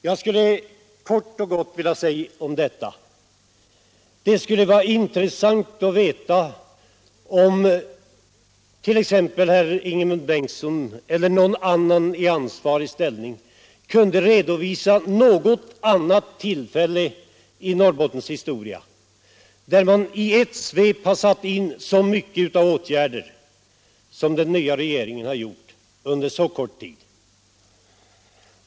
Jag vill kort och gott säga om detta att det skulle vara intressant att veta om t.ex. herr Ingemund Bengtsson eller någon annan i ansvarig ställning kunde redovisa något annat tillfälle i Norrbottens historia då man i ett svep har satt in så mycket av åtgärder som den nya regeringen har gjort under så kort tid.